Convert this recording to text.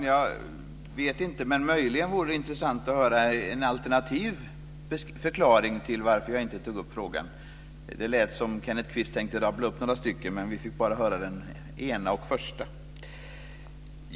Fru talman! Det vore möjligen intressant att höra en alternativ förklaring till varför jag inte tog upp frågan. Det lät som om Kenneth Kvist tänkte rabbla upp några stycken, men vi fick bara höra den första.